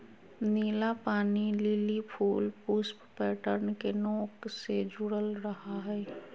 नीला पानी लिली फूल पुष्प पैटर्न के नोक से जुडल रहा हइ